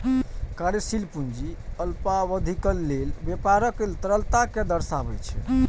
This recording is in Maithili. कार्यशील पूंजी अल्पावधिक लेल व्यापारक तरलता कें दर्शाबै छै